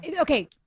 Okay